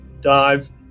dive